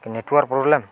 କି network problem